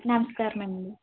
నమస్కారమండి